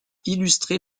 illustrer